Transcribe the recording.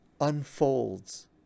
unfolds